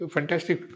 Fantastic